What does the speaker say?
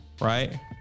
right